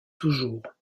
toujours